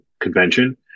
convention